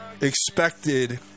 expected